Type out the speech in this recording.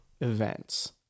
events